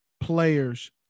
players